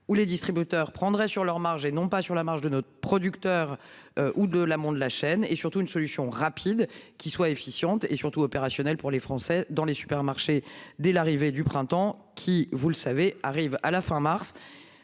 ou les distributeurs prendraient sur leurs marges et non pas sur la marge de notre producteur ou de l'amont de la chaîne et surtout une solution rapide qui soit efficiente et surtout opérationnel pour les Français dans les supermarchés. Dès l'arrivée du printemps qui vous le savez arrive à la fin mars.